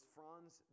Franz